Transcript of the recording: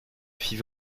fit